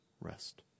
rest